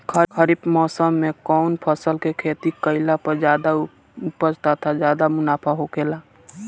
खरीफ़ मौसम में कउन फसल के खेती कइला पर ज्यादा उपज तथा ज्यादा मुनाफा होखेला?